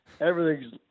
everything's